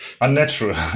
unnatural